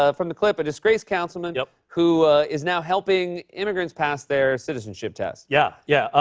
ah from the clip, a disgraced councilman yeah who is now helping immigrants pass their citizenship test. yeah, yeah.